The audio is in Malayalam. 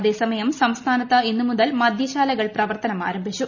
അതേസമയം സംസ്ഥാനത്ത് ഇന്നു മുതൽ മദ്യശാലകൾ പ്രവർത്തനം ആരംഭിച്ചു